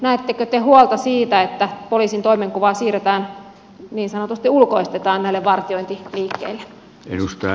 näettekö te huolta siitä että poliisin toimenkuvaa siirretään niin sanotusti ulkoistetaan näille vartiointiliikkeille